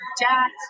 Jack